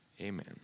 Amen